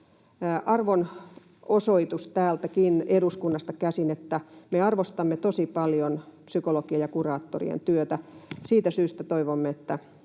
arvon osoitus täältä eduskunnastakin käsin, että me arvostamme tosi paljon psykologien ja kuraattorien työtä. Siitä syystä toivomme, että